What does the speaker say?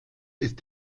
ist